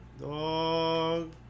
dog